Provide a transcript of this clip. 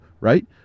right